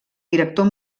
director